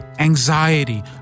anxiety